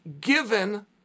given